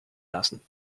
lassen